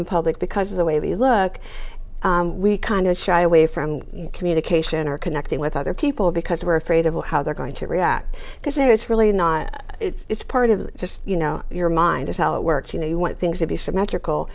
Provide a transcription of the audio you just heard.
in public because of the way we look we kind of shy away from communication or connecting with other people because we're afraid of how they're going to react because it's really not it's part of just you know your mind is how it works you know you want things to be symmetrical